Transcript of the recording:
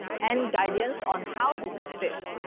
and guidance on how to fix it.